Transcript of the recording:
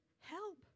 help